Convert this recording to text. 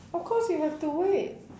of course you have to wait